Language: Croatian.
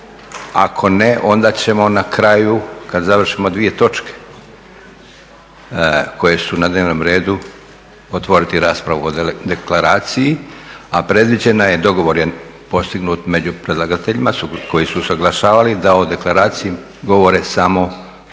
Ako ne, onda ćemo na kraju kad završimo dvije točke koje su na dnevnom redu otvoriti raspravu o Deklaraciji. A predviđena je, dogovor je postignut među predlagateljima koji su usaglašavali da o Deklaraciji govore samo